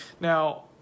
Now